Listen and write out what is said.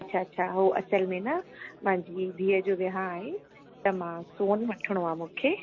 अच्छा अच्छा हो असुल में न मुहिंजी धीअ जो वियांव आहे त मां सोन वठिणो आहे मूंखे